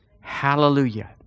Hallelujah